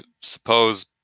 suppose